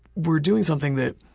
we're doing something that,